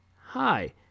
Hi